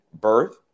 birth